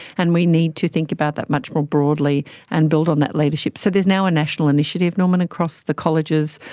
and we need to think about that much more broadly and build on that leadership. so there is now a national initiative, norman, across the colleges,